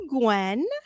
Gwen